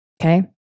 Okay